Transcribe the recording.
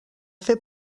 fer